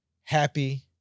happy